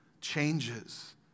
changes